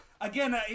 again